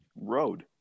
road